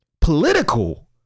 political